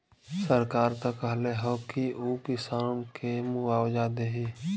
सरकार त कहले हौ की उ किसानन के मुआवजा देही